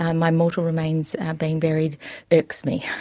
um my mortal remains being buried irks me.